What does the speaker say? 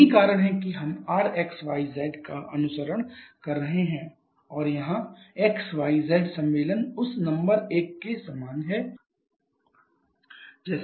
यही कारण है कि हम Rxyz का अनुसरण कर रहे हैं और यहाँ xyz सम्मेलन उस नंबर एक के समान है